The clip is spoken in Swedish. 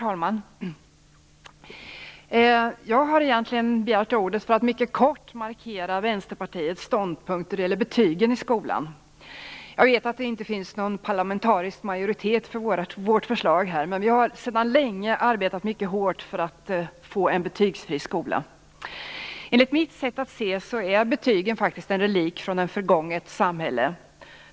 Herr talman! Jag begärde ordet för att helt kort markera Vänsterpartiets ståndpunkter när det gäller betygen i skolan. Jag vet att det inte finns en parlamentarisk majoritet för vårt förslag här. Vi har ju mycket länge arbetat mycket hårt för att få en betygsfri skola. Enligt min uppfattning är betygen faktiskt en relikt från ett förgånget samhälle.